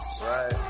Right